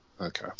Okay